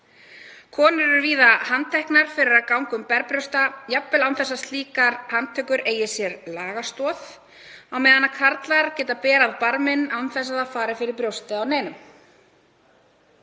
Konur eru víða handteknar fyrir að ganga um berbrjósta, jafnvel án þess að slíkar handtökur eigi sér lagastoð, en karlar geta berað barminn án þess að það fari fyrir brjóstið á neinum.